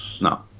No